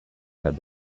had